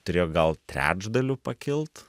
turėjo gal trečdaliu pakilt